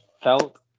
felt